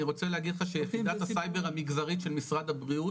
אני רוצה להגיד לך שיחידת הסייבר המגזרית של משרד הבריאות,